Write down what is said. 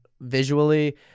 Visually